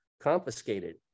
confiscated